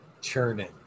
churning